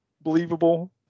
believable